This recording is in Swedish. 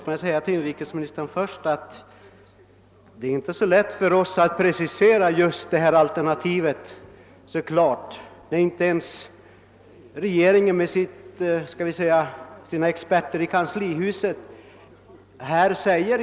Herr talman! Det är inte så lätt för oss, herr inrikesminister, att klart precisera ett alternativ när inte ens regeringen med sina experter i kanslihuset kan precisera sitt förslag.